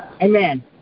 Amen